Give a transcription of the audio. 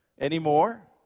anymore